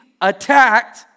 attacked